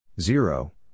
Zero